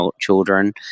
children